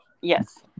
Yes